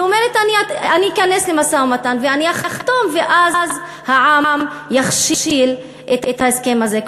היא אומרת: אני אכנס למשא ומתן ואני אחתום ואז העם יכשיל את ההסכם הזה.